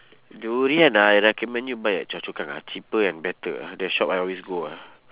durian ah I recommend you buy at choa chu kang ah cheaper and better ah the shop I always go ah